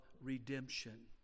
redemption